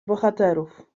bohaterów